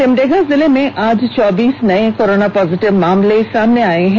सिमडेगा जिले में आज चौबीस नये कोरोना पॉजिटिव मामले सामने आये हैं